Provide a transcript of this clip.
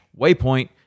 Waypoint